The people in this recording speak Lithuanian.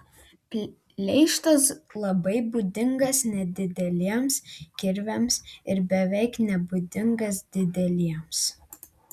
pleištas labai būdingas nedideliems kirviams ir beveik nebūdingas dideliems